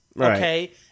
Okay